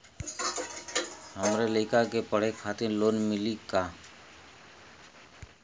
हमरे लयिका के पढ़े खातिर लोन मिलि का?